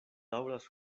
daŭras